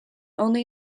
only